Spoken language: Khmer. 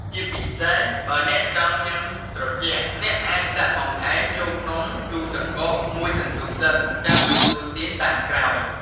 ជាពិសេស បើអ្នកចង់ញ៉ាំត្រជាក់ អ្នកអាចដាក់បង្អែមចូលក្នុងទូទឹកកកមួយសន្ទុះសិន ចាំទទួលទានតាមក្រោយ។